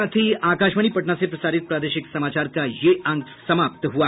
इसके साथ ही आकाशवाणी पटना से प्रसारित प्रादेशिक समाचार का ये अंक समाप्त हुआ